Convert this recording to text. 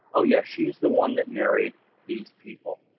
oh yeah, she's the one that married these people,